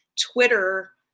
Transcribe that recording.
Twitter